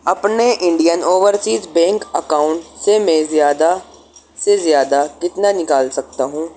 اپنے Indian overseas bank account سے میں زیادہ سے زیادہ کتنا نکال سکتا ہوں